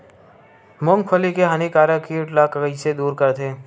मूंगफली के हानिकारक कीट ला कइसे दूर करथे?